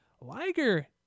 Liger